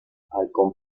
halcón